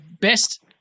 best